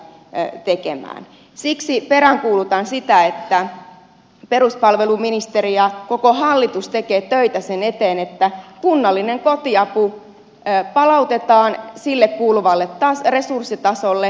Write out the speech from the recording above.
siksi peräänkuulutan sitä että peruspalveluministeri ja koko hallitus tekevät töitä sen eteen että kunnallinen kotiapu palautetaan sille kuuluvalle resurssitasolle